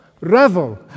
revel